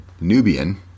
Nubian